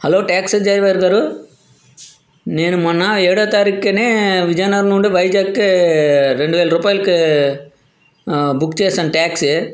hello taxi driver గారు నేను మొన్న ఏడో తారీఖునే విజయనగరం నుండి వైజాగ్కి రెండు వేల రూపాయలకి బుక్ చేశాను ట్యాక్సి